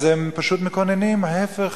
אז הם פשוט מקוננים, ההיפך.